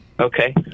okay